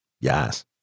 Yes